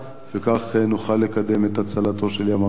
וכך נוכל לקדם את הצלתו של ים-המלח.